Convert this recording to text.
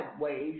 ways